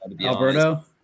Alberto